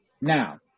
Now